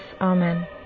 Amen